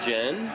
Jen